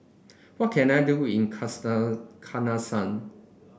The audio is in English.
what can I do in